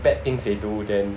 bad things they do then